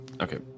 Okay